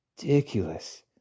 ridiculous